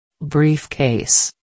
Briefcase